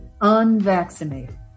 Unvaccinated